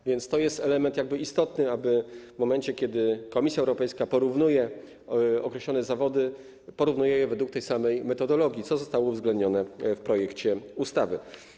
A więc to jest element istotny, że w momencie, kiedy Komisja Europejska porównuje określone zawody, porównuje je według tej samej metodologii, co zostało uwzględnione w projekcie ustawy.